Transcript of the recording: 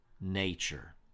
nature